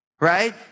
right